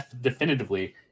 definitively